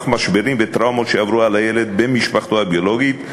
משברים וטראומות שעבר הילד במשפחתו הביולוגית,